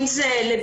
בין אם זה לבדיקות,